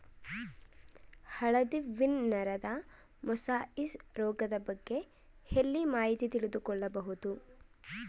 ಹಳದಿ ವೀನ್ ನರದ ಮೊಸಾಯಿಸ್ ರೋಗದ ಬಗ್ಗೆ ಎಲ್ಲಿ ಮಾಹಿತಿ ತಿಳಿದು ಕೊಳ್ಳಬಹುದು?